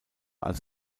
als